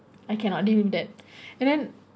I cannot live with that and then